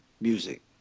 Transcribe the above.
Music